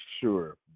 sure